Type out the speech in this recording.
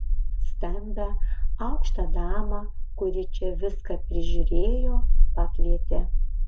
stambią aukštą damą kuri čia viską prižiūrėjo pakvietė